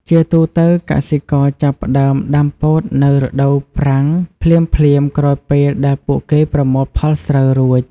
ជាទូទៅ កសិករចាប់ផ្ដើមដាំពោតនៅរដូវប្រាំង ភ្លាមៗក្រោយពេលដែលពួកគេប្រមូលផលស្រូវរួច។